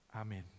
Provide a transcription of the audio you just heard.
Amen